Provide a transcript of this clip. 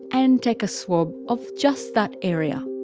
and take a swab of just that area.